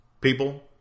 People